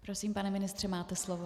Prosím, pane ministře, máte slovo.